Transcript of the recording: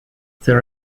there